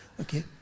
Okay